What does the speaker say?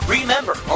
Remember